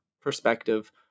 perspective